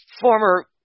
former